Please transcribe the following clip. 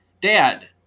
Dad